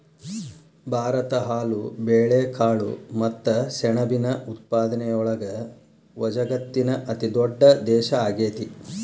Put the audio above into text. ಭಾರತ ಹಾಲು, ಬೇಳೆಕಾಳು ಮತ್ತ ಸೆಣಬಿನ ಉತ್ಪಾದನೆಯೊಳಗ ವಜಗತ್ತಿನ ಅತಿದೊಡ್ಡ ದೇಶ ಆಗೇತಿ